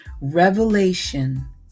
Revelation